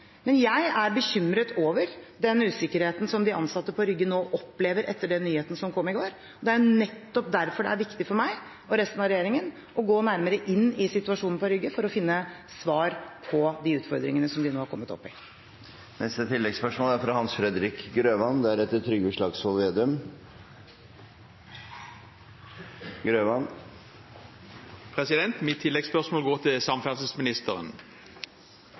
Men jeg er bekymret over den usikkerheten som de ansatte på Rygge nå opplever etter den nyheten som kom i går. Det er nettopp derfor det er viktig for meg og resten av regjeringen å gå nærmere inn i situasjonen på Rygge for å finne svar på de utfordringene som de nå har kommet opp i. Hans Fredrik Grøvan – til oppfølgingsspørsmål. Mitt oppfølgingsspørsmål går til samferdselsministeren.